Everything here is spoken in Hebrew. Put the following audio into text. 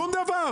שום דבר.